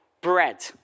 bread